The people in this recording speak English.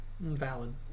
Valid